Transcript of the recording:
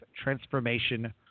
Transformation